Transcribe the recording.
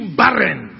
barren